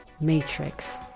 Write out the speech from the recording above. matrix